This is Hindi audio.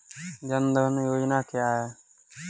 जनधन योजना क्या है?